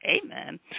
Amen